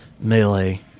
melee